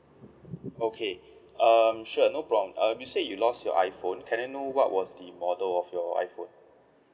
okay um sure no problem uh you said you lost your iPhone can I know what was the model of your iPhone